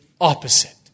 opposite